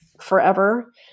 forever